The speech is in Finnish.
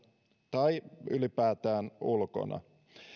tai ylipäätään ulkona